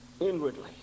inwardly